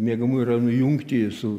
miegamųjų rajonų jungtį su